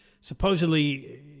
supposedly